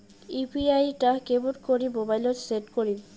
UPI টা কেমন করি মোবাইলত সেট করিম?